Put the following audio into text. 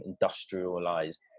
industrialized